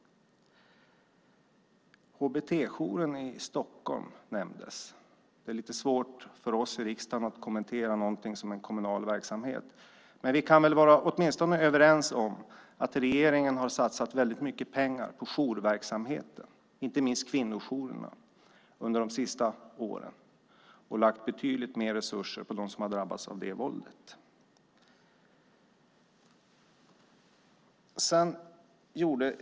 HBT-jouren i Stockholm nämndes. Det är lite svårt för oss i riksdagen att kommentera en kommunal verksamhet, men vi kan åtminstone vara överens om att regeringen har satsat väldigt mycket pengar på jourverksamheten, inte minst kvinnojourerna, under de senaste åren. Vi har lagt betydligt mer resurser på dem som har drabbats av det våldet.